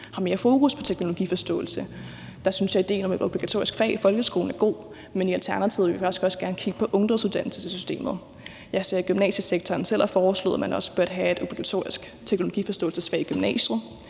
har mere fokus på teknologiforståelse. Der synes jeg, at idéen om et obligatorisk fag i folkeskolen er god, men i Alternativet vil vi også gerne kigge på ungdomsuddannelsessystemet. Og gymnasiesektoren selv har foreslået, at man også bør have et obligatorisk teknologiforståelsesfag i gymnasiet.